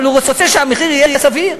אבל הוא רוצה שהמחיר יהיה סביר,